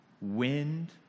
wind